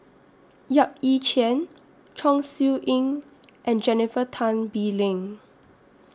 Yap Ee Chian Chong Siew Ying and Jennifer Tan Bee Leng